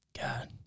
God